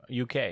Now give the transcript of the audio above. UK